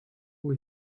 who